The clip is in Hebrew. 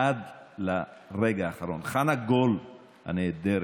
עד לרגע האחרון, חנה גול הנהדרת,